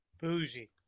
Bougie